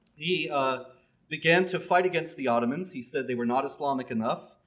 he began to fight against the ottomans. he said they were not islamic enough.